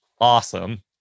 awesome